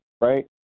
right